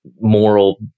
moral